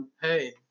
Hey